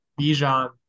Bijan